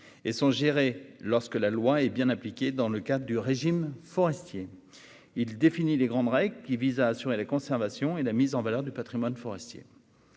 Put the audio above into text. sont gérées, lorsque la loi est bien appliquée, dans le cadre du régime forestier. Celui-ci définit les grandes règles qui visent à assurer la conservation et la mise en valeur de ce patrimoine.